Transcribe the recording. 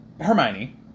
Hermione